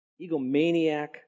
egomaniac